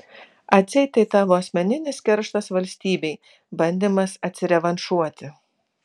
atseit tai tavo asmeninis kerštas valstybei bandymas atsirevanšuoti